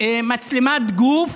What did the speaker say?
מצלמת גוף